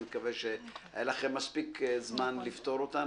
אני מקווה שהיה לכם מספיק זמן לפתור אותה.